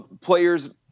players